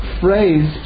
phrase